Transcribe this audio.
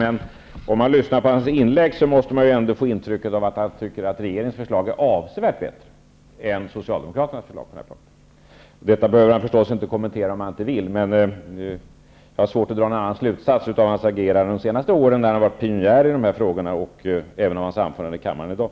Men om man lyssnar på hans inlägg får man intrycket att han tycker att regeringens förslag är avsevärt bättre än Socialdemokraternas förslag på denna punkt. Han behöver förstås inte kommentera det, om han inte vill. Jag har svårt att dra någon annan slutsats av hans agerande under de senaste åren och även av hans anförande i kammaren i dag.